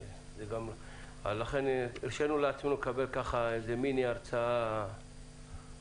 לכן אפשרנו לשמוע כאן מיני הרצאה